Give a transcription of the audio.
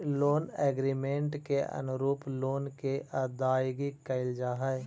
loan agreement के अनुरूप loan के अदायगी कैल जा हई